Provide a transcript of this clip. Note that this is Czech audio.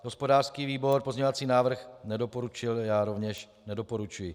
Hospodářský výbor pozměňovací návrh nedoporučil, já rovněž nedoporučuji.